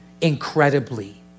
incredibly